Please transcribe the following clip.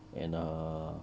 and err